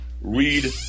Read